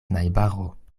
najbaro